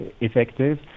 effective